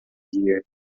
year